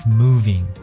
moving